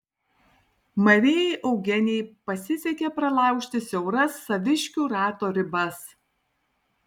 marijai eugenijai pasisekė pralaužti siauras saviškių rato ribas